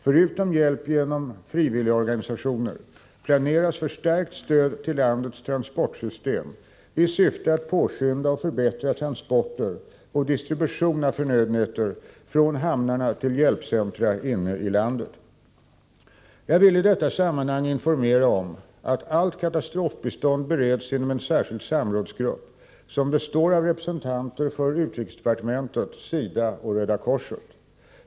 Förutom hjälp genom frivilligorganisationer planeras förstärkt stöd till landets transportsystem i syfte att påskynda och förbättra transporter och distribution av förnödenheter från hamnarna till hjälpcentra inne i landet. Jag vill i detta sammanhang informera om att allt katastrofbistånd bereds inom en särskild samrådsgrupp som består av representanter för utrikesdepartementet, SIDA och Röda korset.